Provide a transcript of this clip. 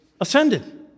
ascended